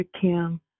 Kim